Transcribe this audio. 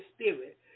Spirit